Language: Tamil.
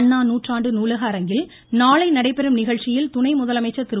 அண்ணா நூற்றாண்டு நூலக அரங்கில் நாளை நடைபெறும் நிகழ்ச்சியில் துணை முதலமைச்சர் திரு